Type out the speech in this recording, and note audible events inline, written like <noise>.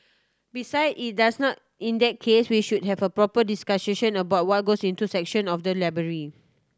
beside is that's now India case we should have a proper discussion <unintelligible> about what goes into section of the library